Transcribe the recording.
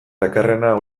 dakarrena